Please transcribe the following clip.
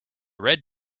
red